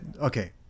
okay